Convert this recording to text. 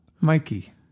Mikey